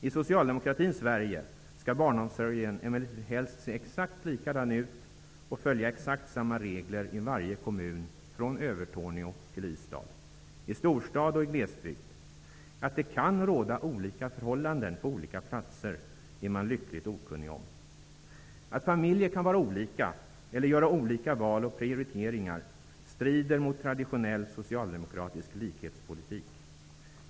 I socialdemokratins Sverige skall barnomsorgen emellertid helst se exakt likadan ut och följa exakt samma regler i varje kommun från Övertorneå till Ystad, i storstad och i glesbygd. Att det kan råda olika förhållanden på olika platser är man lyckligt okunnig om. Att familjer kan vara olika eller göra olika val och prioriteringar strider mot traditionell socialdemokratisk likhetspolitik.